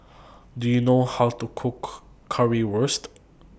Do YOU know How to Cook Currywurst